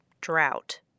Drought